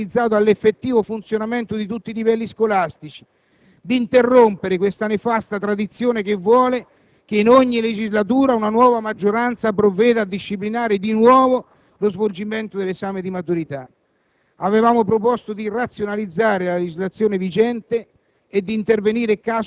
Abbiamo proposto di fermarci, di cominciare un esame serio, uno studio finalizzato all'effettivo funzionamento di tutti i livelli scolastici, di interrompere questa nefasta tradizione la quale vuole che in ogni legislatura una nuova maggioranza provveda a disciplinare di nuovo lo svolgimento dell'esame di maturità.